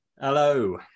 hello